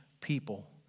people